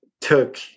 took